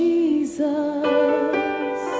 Jesus